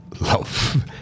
Love